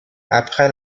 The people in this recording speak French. après